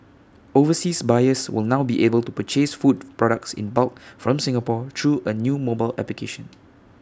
overseas buyers will now be able to purchase food products in bulk from Singapore through A new mobile application